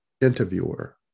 interviewer